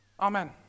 Amen